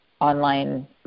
online